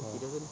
ya